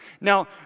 Now